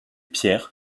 pierre